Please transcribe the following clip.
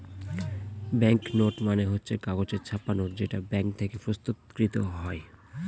bank note মানে হচ্ছে কাগজে ছাপা নোট যেটা ব্যাঙ্ক থেকে প্রস্তুত কৃত হয়